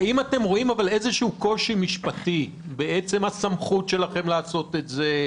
האם אתם רואים איזשהו קושי משפטי בעצם הסמכות שלכם לעשות את זה?